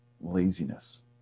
laziness